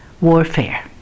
warfare